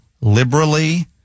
liberally